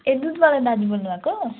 ए दुधवाला नानी बोल्नु भएको